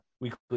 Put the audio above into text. weekly